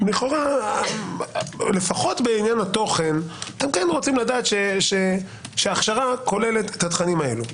לכאורה לפחות בעניין התוכן אתם רוצים לדעת שהכשרה כוללת את התכנים האלה.